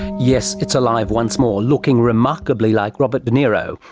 yes, it's alive once more, looking remarkably like robert de niro.